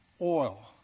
oil